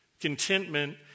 Contentment